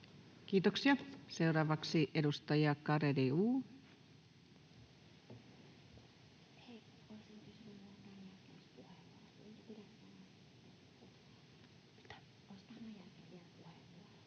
Kiitoksia. — Seuraavaksi edustaja Garedew. Arvoisa